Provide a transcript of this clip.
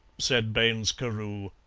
said baines carew.